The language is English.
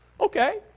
Okay